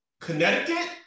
Connecticut